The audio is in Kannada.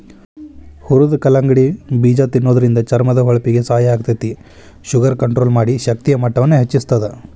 ಹುರದ ಕಲ್ಲಂಗಡಿ ಬೇಜ ತಿನ್ನೋದ್ರಿಂದ ಚರ್ಮದ ಹೊಳಪಿಗೆ ಸಹಾಯ ಆಗ್ತೇತಿ, ಶುಗರ್ ಕಂಟ್ರೋಲ್ ಮಾಡಿ, ಶಕ್ತಿಯ ಮಟ್ಟವನ್ನ ಹೆಚ್ಚಸ್ತದ